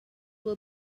will